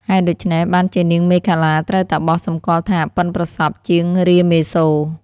ហេតុដូច្នេះបានជានាងមេខលាត្រូវតាបសសំគាល់ថា ប៉ិនប្រសប់ជាងរាមាសូរ។